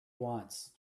wants